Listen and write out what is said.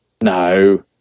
No